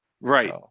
Right